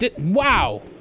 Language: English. wow